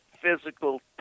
physical